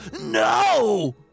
No